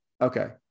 Okay